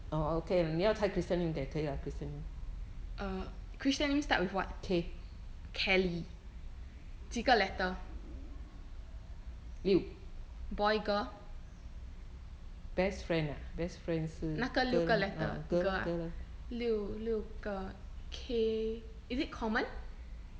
err christian name start with what kelly 几个 letter boy girl 那个六个 letter girl ah 六六个 k is it common